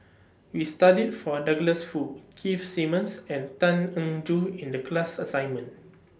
We studied For Douglas Foo Keith Simmons and Tan Eng Joo in The class assignment